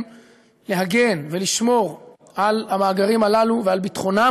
להגן ולשמור על המאגרים הללו ועל ביטחונם,